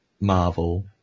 Marvel